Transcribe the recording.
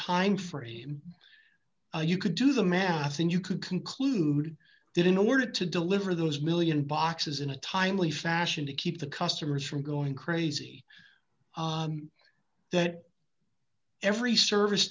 timeframe you could do the math and you could conclude that in order to deliver those one million boxes in a timely fashion to keep the customers from going crazy that every service